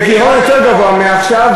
בגירעון יותר גבוה מעכשיו,